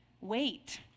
wait